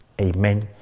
Amen